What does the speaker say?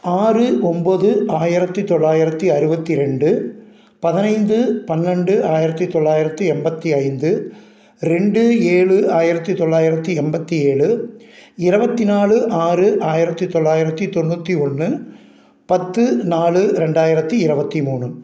ஆறு ஒம்பது ஆயிரத்தி தொள்ளாயிரத்தி அறுபத்தி ரெண்டு பதினைந்து பன்னெண்டு ஆயிரத்தி தொள்ளாயிரத்தி எண்பத்தி ஐந்து ரெண்டு ஏழு ஆயிரத்தி தொள்ளாயிரத்தி எண்பத்தி ஏழு இருவத்தி நாலு ஆறு ஆயிரத்தி தொள்ளாயிரத்தி தொண்ணூற்றி ஒன்று பத்து நாலு ரெண்டாயிரத்தி இருவத்தி மூணு